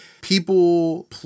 people